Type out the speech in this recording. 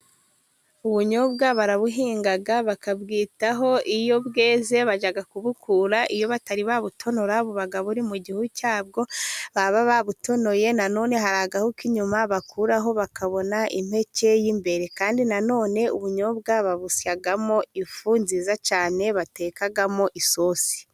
Ubunyobwa barabuhinga bakabwitaho, iyo bweze, bajya kubukura. iyo batari babutonora buba buri mu gihu cyabwo, baba babutonoye nanone hari agahu k'inyuma bakuraho bakabona impeke y'imbere, kandi nanone ubunyobwa babusyamo ifu nziza cyane batekamo isosi.